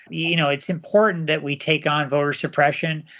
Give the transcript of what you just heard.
you know it's important that we take on voter suppression,